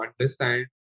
understand